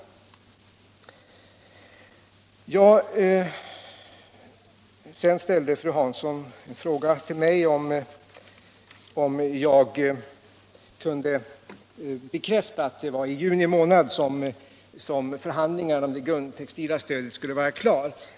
Fru Hansson frågade om jag kunde bekräfta att det var under juni månad som förhandlingarna om det grundtextila stödet skulle vara klara.